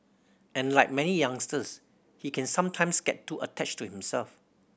and like many youngsters he can sometimes get too attached to himself